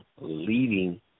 leading